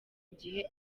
gihe